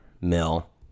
mill